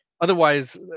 otherwise